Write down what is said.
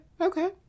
okay